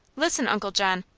listen, uncle john.